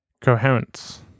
Coherence